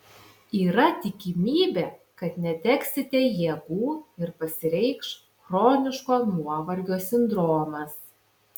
yra tikimybė kad neteksite jėgų ir pasireikš chroniško nuovargio sindromas